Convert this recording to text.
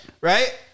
Right